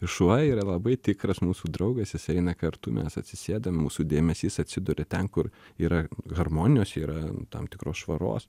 ir šuo yra labai tikras mūsų draugas jis eina kartu mes atsisėdam mūsų dėmesys atsiduria ten kur yra harmonijos yra tam tikros švaros